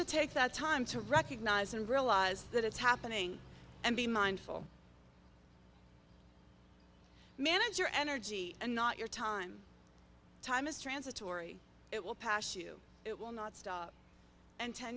to take that time to recognize and realize that it's happening and be mindful manage your energy and not your time time is transitory it will pass you it will not stop and ten